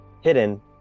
Hidden